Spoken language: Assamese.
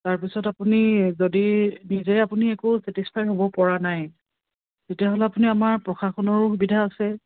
তাৰপিছত আপুনি যদি নিজে আপুনি একো ছেটিছফাই হ'ব পৰা নাই তেতিয়াহ'লে আপুনি আমাৰ প্ৰশাসনৰো সুবিধা আছে